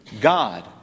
God